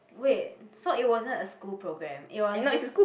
wait so it wasn't a school program it was just